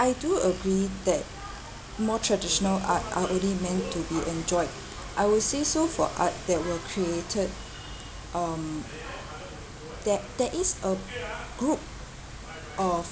I do agree that more traditional art are only meant to be enjoyed I would say so for art that were created um there there is a group of